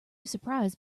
surprise